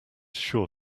sure